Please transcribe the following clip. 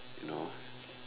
you know